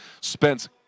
Spence